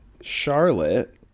Charlotte